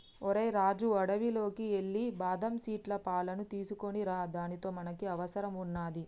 ఓరై రాజు అడవిలోకి ఎల్లి బాదం సీట్ల పాలును తీసుకోనిరా దానితో మనకి అవసరం వున్నాది